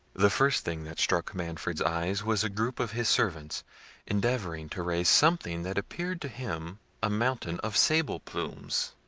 the first thing that struck manfred's eyes was a group of his servants endeavouring to raise something that appeared to him a mountain of sable plumes.